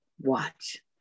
watch